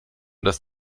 dass